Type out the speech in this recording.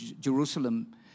Jerusalem